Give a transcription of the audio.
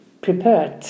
prepared